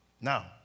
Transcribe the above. Now